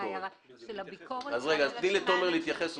רגע, קודם תומר יתייחס.